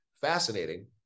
fascinating